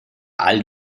all